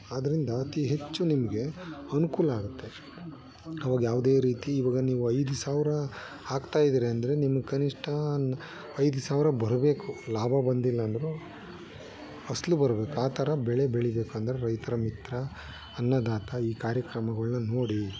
ಆದ್ರಿಂದ ಅತೀ ಹೆಚ್ಚು ನಿಮಗೆ ಅನುಕೂಲ ಆಗುತ್ತೆ ಆವಾಗ ಯಾವುದೇ ರೀತಿ ಇವಾಗ ನೀವು ಐದು ಸಾವಿರ ಹಾಕ್ತಾಯಿದ್ದೀರಿ ಅಂದರೆ ನಿಮ್ಗೆ ಕನಿಷ್ಟ ಒಂದು ಐದು ಸಾವಿರ ಬರಬೇಕು ಲಾಭ ಬಂದಿಲ್ಲ ಅಂದರೂ ಅಸ್ಲು ಬರಬೇಕು ಆ ಥರ ಬೆಳೆ ಬೆಳೀಬೇಕೆಂದ್ರೆ ರೈತರ ಮಿತ್ರ ಅನ್ನದಾತ ಈ ಕಾರ್ಯಕ್ರಮಗಳ್ನ ನೋಡಿ